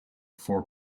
four